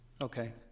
Okay